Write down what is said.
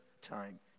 time